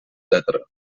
etc